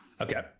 okay